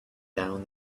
down